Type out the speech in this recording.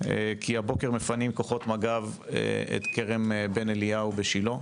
כי הבוקר מפנים כוחות מג"ב את כרם בן אליהו בשילה.